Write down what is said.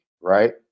right